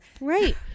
Right